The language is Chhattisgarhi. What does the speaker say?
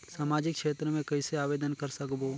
समाजिक क्षेत्र मे कइसे आवेदन कर सकबो?